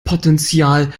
potential